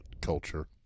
culture